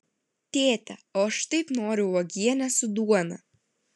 tėte o aš taip noriu uogienės su duona